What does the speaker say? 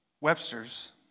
Webster's